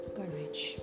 courage